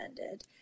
ended